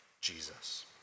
Jesus